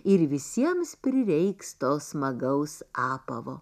ir visiems prireiks to smagaus apavo